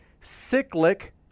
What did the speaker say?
cyclic